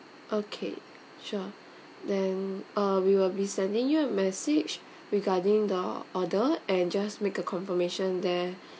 okay sure then uh we will be sending you a message regarding the order and just make a confirmation there